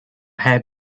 had